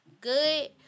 good